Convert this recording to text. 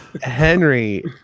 Henry